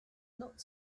not